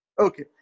Okay